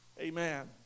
Amen